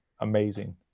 amazing